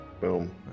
Boom